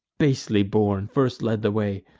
basely born, first led the way.